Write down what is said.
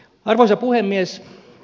arvoisa puhemies